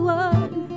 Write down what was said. one